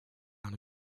out